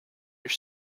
your